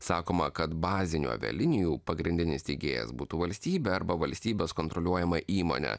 sakoma kad baziniu avialinijų pagrindinis steigėjas būtų valstybė arba valstybės kontroliuojama įmonė